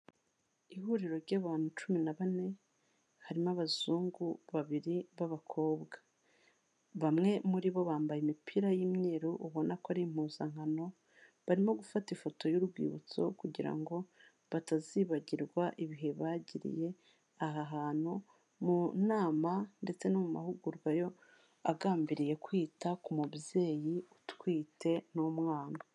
Ihuriro ry'abantu cumi na bane harimo abazungu babiri babakobwa bamwe muri bo bambaye imipira y'imyeru ubona ko ari impuzankano barimo gufata ifoto y'urwibutso kugira ngo batazibagirwa ibihe bagiriye aha hantu mu nama ndetse no mu mahugurwa agambiriye kwita ku mubyeyi utwite n'umwana.